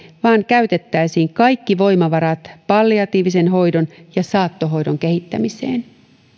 vaan käytettäisiin kaikki voimavarat palliatiivisen hoidon ja saattohoidon kehittämiseen